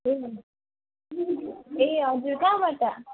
ए ए हजुर कहाँबाट